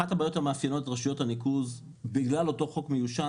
אחת הבעיות שמאפיינות את רשויות הניקוז בגלל אותו חוק מיושן,